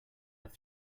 are